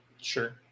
Sure